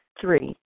Three